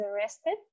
arrested